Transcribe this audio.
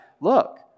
look